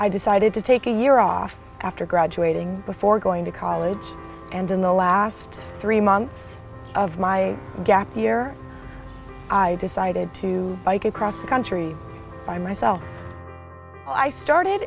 i decided to take a year off after graduating before going to college and in the last three months of my gap year i decided to bike across the country by myself i started